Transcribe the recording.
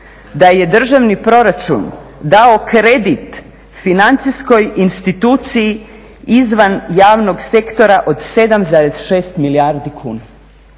da je državni proračun dao kredit financijskoj instituciji izvan javnog sektora od 7,6 milijardi kuna.